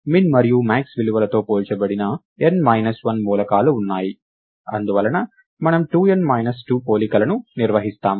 min మరియు max విలువలతో పోల్చబడిన n మైనస్ 1 మూలకాలు ఉన్నాయి అందువలన మనము 2 n మైనస్ 2 పోలికలను నిర్వహిస్తాము